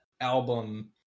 album